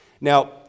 Now